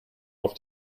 auf